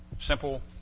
simple